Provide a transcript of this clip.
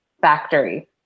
factory